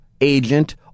agent